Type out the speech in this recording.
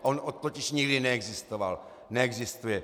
On totiž nikdy neexistoval, neexistuje.